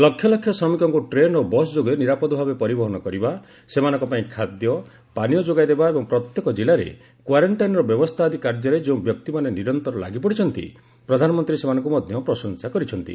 ଲକ୍ଷଲକ୍ଷ ଶ୍ରମିକଙ୍କୁ ଟ୍ରେନ୍ ଓ ବସ୍ ଯୋଗେ ନିରାପଦ ଭାବେ ପରିବହନ କରିବା ସେମାନଙ୍କ ପାଇଁ ଖାଦ୍ୟ ପାନୀୟଯୋଗାଇଦେବା ଏବଂ ପ୍ରତ୍ୟେକ ଜିଲ୍ଲାରେ କ୍ୱାରେଂଟାଇନର ବ୍ୟବସ୍ଥା ଆଦି କାର୍ଯ୍ୟରେ ଯେଉଁ ବ୍ୟକ୍ତିମାନେ ନିରନ୍ତର ଲାଗିପଡ଼ିଛନ୍ତି ପ୍ରଧାନମନ୍ତ୍ରୀ ସେମାନଙ୍କୁ ମଧ୍ୟ ପ୍ରଶଂସା କରିଛନ୍ତି